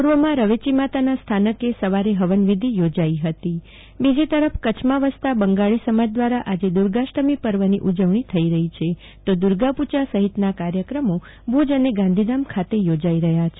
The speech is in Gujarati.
પૂર્વમાં રવેચી માતાના સ્થાનકે પણ સવારે હવન વિધિ યોજાઈ હતી બીજી તરફ કરછમાં વસતા બંગાળી સમાજ દ્વારા આજે દુર્ગાષ્ઠમી પર્વ ની ઊજવણી થઇ રહી છે તો દુર્ગાપૂજા સફીતના કાર્યક્રમો ભુજ અને ગાંધીધામ ખાતે યોજાઈ રહ્યા છે